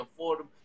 affordable